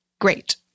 great